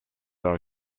are